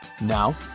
Now